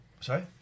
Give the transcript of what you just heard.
Sorry